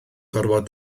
gorfod